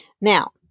Now